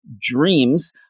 dreams